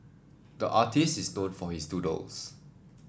the artist is known for his doodles